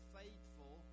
faithful